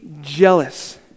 jealous